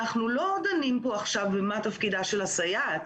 אנחנו לא דנים פה עכשיו במה תפקידה של הסייעת.